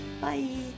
Bye